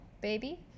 baby